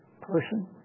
person